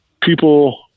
people